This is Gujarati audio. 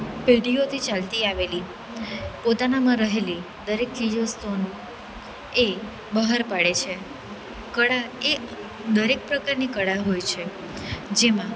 પેઢીઓથી ચાલતી આવેલી પોતાનામાં રહેલી દરેક ચીજવસ્તુઓનું એ બહાર પાડે છે કળા એ દરેક પ્રકારની કળા હોય છે જેમાં